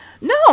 No